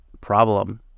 problem